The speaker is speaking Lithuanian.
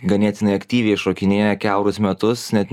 ganėtinai aktyviai šokinėja kiaurus metus net